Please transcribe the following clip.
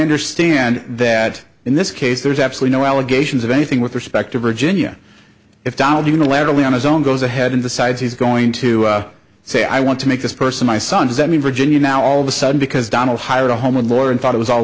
understand that in this case there's actually no allegations of anything with respect to virginia if donald unilaterally on his own goes ahead in the side he's going to say i want to make this person my son does that mean virginia now all of a sudden because donald hired a home and lawyer and thought it was all